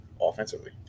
offensively